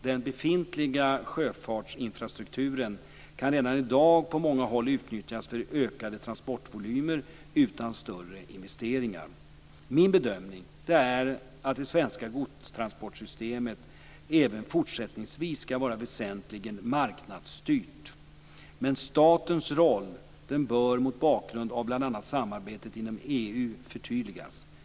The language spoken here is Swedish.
Den befintliga sjöfartsinfrastrukturen kan redan i dag på många håll utnyttjas för ökade transportvolymer utan större investeringar. Min bedömning är att det svenska godstransportsystemet även fortsättningsvis skall vara väsentligen marknadsstyrt. Men statens roll bör mot bakgrund av bl.a. samarbetet inom EU förtydligas.